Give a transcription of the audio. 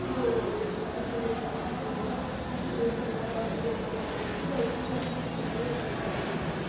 फिर आनलाइल दिक्खियै ते फिर मिगी पता लग्गी जंदा कि एह् थोह्ड़ा हारा डजैन मेरे कोला इत्थूं गल्ती होआ ही ते इ'यां ठीक करनी ऐ